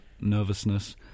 nervousness